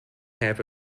have